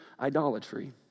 idolatry